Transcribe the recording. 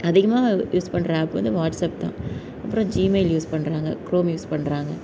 அதிகமாக யூஸ் பண்ணுற ஆப் வந்து வாட்ஸ்அப் தான் அப்புறோம் ஜிமெயில் யூஸ் பண்ணுறாங்க க்ரோம் யூஸ் பண்ணுறாங்க